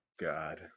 God